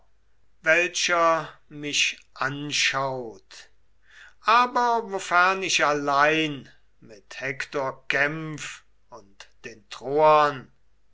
welcher mich anschaut aber wofern ich allein mit hektor kämpf und den troern